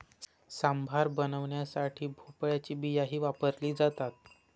सांबार बनवण्यासाठी भोपळ्याची बियाही वापरली जाते